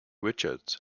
richards